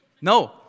No